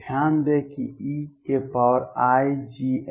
ध्यान दें कि eiGna1